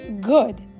good